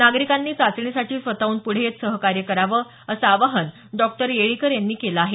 नागरिकांनी चाचणीसाठी स्वतःहून पुढे येत सहकार्य करावं असं आवाहन डॉक्टर येळीकर यांनी केलं आहे